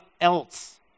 else